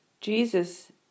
Jesus